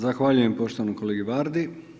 Zahvaljujem poštovanom kolegi Vardi.